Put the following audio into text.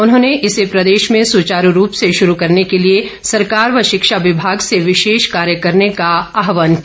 उन्होंने इसे प्रदेश में सुचारू रूप से शुरू करने के लिए सरकार व शिक्षा विभाग से विशेष कार्य करने का आहवान किया